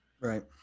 Right